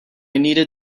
needed